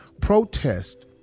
Protest